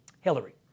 Hillary